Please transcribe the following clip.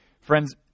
Friends